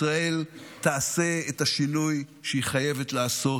ישראל תעשה את השינוי שהיא חייבת לעשות.